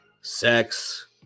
sex